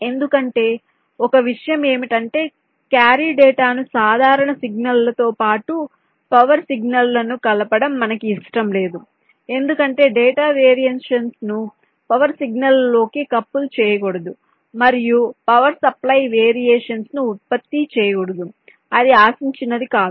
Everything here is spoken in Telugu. ఎందుకంటే ఒక విషయం ఏమిటంటే క్యారీ డేటాను సాధారణ సిగ్నల్లతో పాటు పవర్ సిగ్నల్లను కలపడం మనకు ఇష్టం లేదు ఎందుకంటే డేటా వేరియేషన్స్ ను పవర్ సిగ్నల్లలోకి కపుల్ చేయకూడదు మరియు పవర్ సప్లై వేరియేషన్స్ ను ఉత్పత్తి చేయకూడదు అది ఆశించినది కాదు